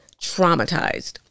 traumatized